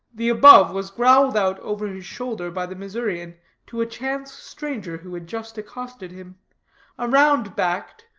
the above was growled out over his shoulder by the missourian to a chance stranger who had just accosted him a round-backed,